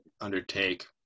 undertake